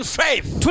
faith